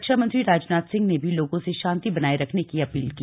रक्षामंत्री राजनाथ सिंह ने भी लोगों से शांति बनाये रखने की अपील की